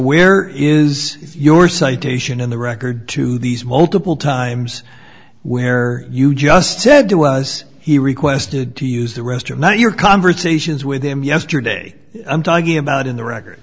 where is your citation in the record to these multiple times where you just said there was he requested to use the restroom now your conversations with him yesterday i'm talking about in the record